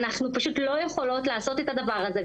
אנחנו פשוט לא יכולות לעשות את הדבר הזה,